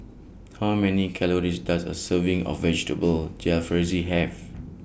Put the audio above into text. How Many Calories Does A Serving of Vegetable Jalfrezi Have